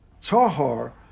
Tahar